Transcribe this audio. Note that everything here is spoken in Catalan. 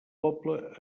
poble